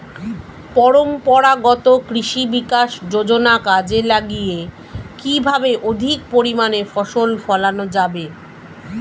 পরম্পরাগত কৃষি বিকাশ যোজনা কাজে লাগিয়ে কিভাবে অধিক পরিমাণে ফসল ফলানো যাবে?